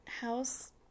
House